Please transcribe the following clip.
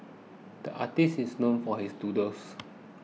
the artist is known for his doodles